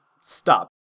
stop